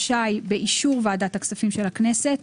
באישור ועדת הכספים של הכנסת,